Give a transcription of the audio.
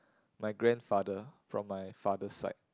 my grandfather from my father's side